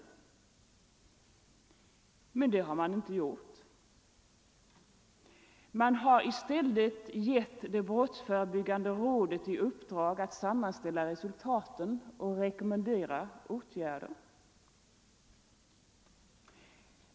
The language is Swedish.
Men det har man inte gjort. Man har i stället givit det brottsförebyggande rådet i uppdrag att sammanställa resultaten och rekommendera åtgärder.